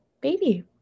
baby